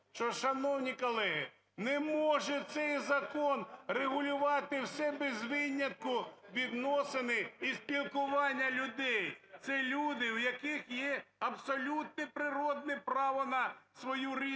шановні колеги, не може цей закон регулювати все без винятку, відносини і спілкування людей. Це люди, в яких є абсолютне природне право на свою рідну